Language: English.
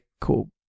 cool